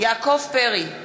יעקב פרי,